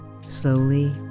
Slowly